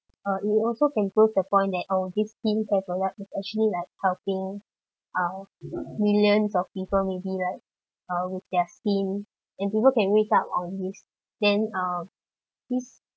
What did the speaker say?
uh you also can prove the point that oh this skincare product is actually like helping out millions of people maybe like uh with their skin and people can read up on this then uh this